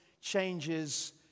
changes